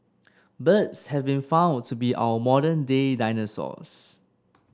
birds have been found to be our modern day dinosaurs